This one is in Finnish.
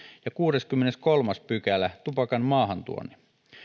ja kuudeskymmeneskolmas pykälä tupakan maahantuonnin